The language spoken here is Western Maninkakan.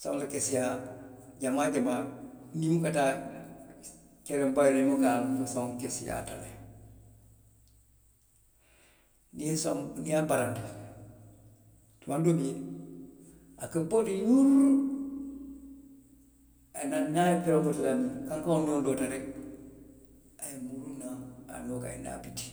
saŋo la keseyaa jamaa jamaa niŋ i buka taa kereŋ bayoo la i buka a loŋ saŋo keseyaata le, niŋ i saŋo niŋ i ye barandi, tumandoo bi jee, a ka bori le yuru a ye naa, niŋ a ye kankaŋo loota rek a ye muruu naŋ a nooto a naa biti.